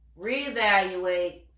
reevaluate